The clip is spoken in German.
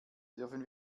dürfen